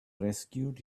rescued